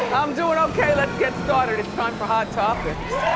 i'm doin' okay. let's get started. it's time for hot topics.